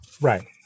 Right